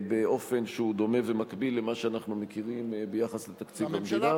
באופן דומה ומקביל למה שאנחנו מכירים ביחס לתקציב המדינה.